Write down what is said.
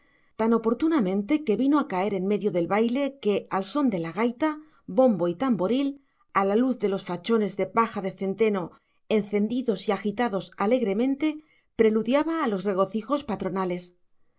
tan oportunamente que vino a caer en medio del baile que al son de la gaita bombo y tamboril a la luz de los fachones de paja de centeno encendidos y agitados alegremente preludiaba a los regocijos patronales